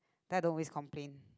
I don't always complain